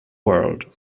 world